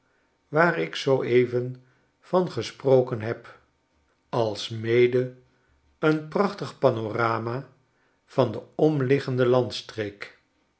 waar ik zoo even van gesproken heb alsmede een prachtig panorama van de omliggende landstreek